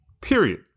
Period